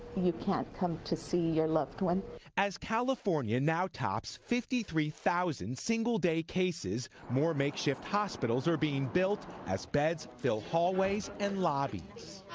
you can't come to see your loved one. reporter as california now tops fifty three thousand single-day cases, more makeshift hospitals are being built as beds fill hallways and lobbies